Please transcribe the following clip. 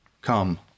Come